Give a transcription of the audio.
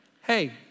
hey